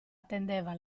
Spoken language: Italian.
attendeva